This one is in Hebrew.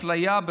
אפליה,